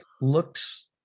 looks